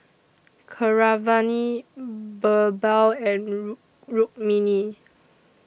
Keeravani Birbal and Rukmini